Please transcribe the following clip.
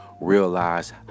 realize